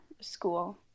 school